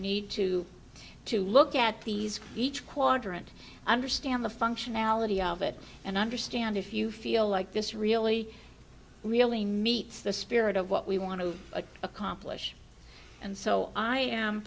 need to to look at these each quadrant understand the functionality of it and understand if you feel like this really really meets the spirit of what we want to accomplish and so i am